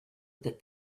that